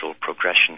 progression